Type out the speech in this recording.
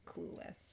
Clueless